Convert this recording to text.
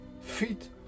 feet